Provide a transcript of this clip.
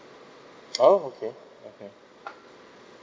oh okay okay